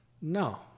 No